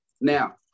Now